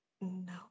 no